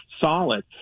solid